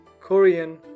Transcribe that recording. Korean